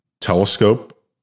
telescope